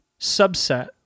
subset